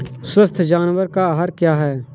स्वस्थ जानवर का आहार क्या है?